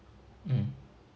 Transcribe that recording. mm